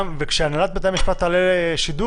כשהנהלת בתי המשפט תעלה לשידור,